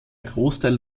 großteil